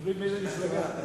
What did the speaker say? תלוי מאיזו מפלגה.